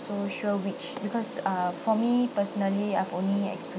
so sure which because uh for me personally I've only